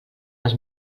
les